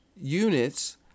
units